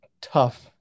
tough